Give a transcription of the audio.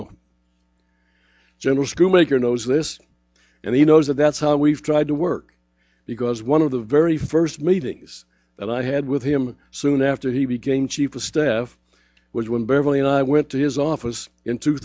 home general screw maker knows this and he knows that that's how we've tried to work because one of the very first meetings that i had with him soon after he became chief of staff was when beverly and i went to his office in two